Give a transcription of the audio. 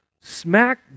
smack